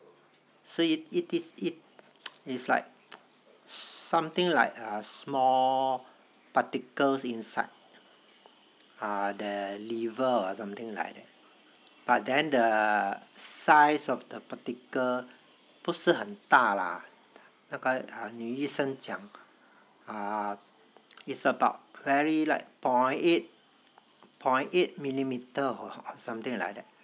so it it is it is like something like a small particle inside ah the liver or something like that but then the size of the particle 不是很大啦那个女医生讲 ah it's about very like point eight point eight millimeter or something like that